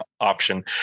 option